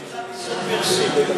יש צו איסור פרסום.